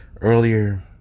Earlier